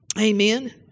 Amen